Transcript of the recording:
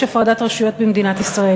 יש הפרדת רשויות במדינת ישראל,